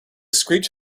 screech